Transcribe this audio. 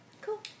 cool